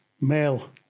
male